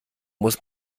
muss